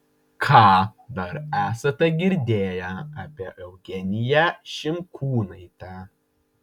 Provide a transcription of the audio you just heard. ką dar esate girdėję apie eugeniją šimkūnaitę